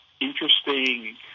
interesting